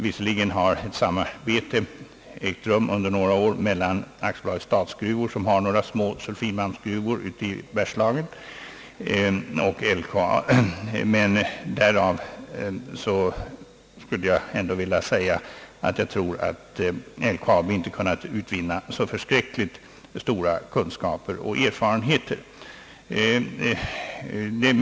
Visserligen har ett samarbete ägt rum under några år mellan AB Statsgruvor, som har några små sulfidmalmsgruvor i Bergslagen, och LKAB, men jag tror att LKAB inte har kunnat utvinna så särskilt stora kunskaper och erfarenheter därav.